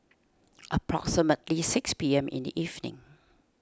approximately six P M in the evening